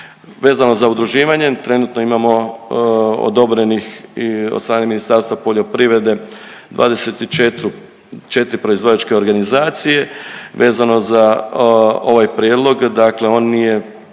Vezano za udruživanje trenutno imamo odobrenih i od strane Ministarstva poljoprivrede 24 proizvođačke organizacije vezano za ovaj prijedlog, dakle on nije